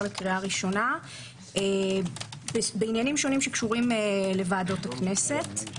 לקריאה ראשונה בעניינים שונים הקשורים לוועדות הכנסת.